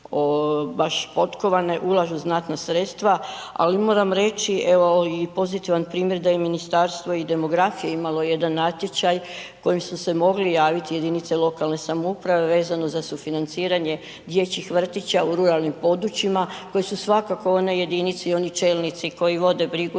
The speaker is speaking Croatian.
baš potkovane, ulažu znatna sredstva, ali moram reći, evo i pozitivan primjer da je Ministarstvo i demografije imalo jedan natječaj kojim su se mogli javiti jedinice lokalne samouprave vezano za sufinanciranje dječjih vrtića u ruralnim područjima, koji su svakako one jedinice i oni čelnici koji vode brigu